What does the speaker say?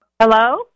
Hello